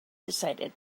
decided